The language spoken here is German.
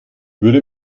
würde